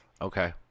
Okay